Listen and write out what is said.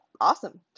awesome